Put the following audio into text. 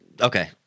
Okay